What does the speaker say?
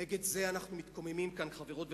נגד זה אנחנו מתקוממים כאן, חברות וחברים,